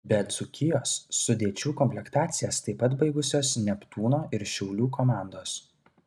be dzūkijos sudėčių komplektacijas taip pat baigusios neptūno ir šiaulių komandos